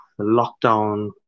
lockdown